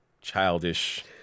childish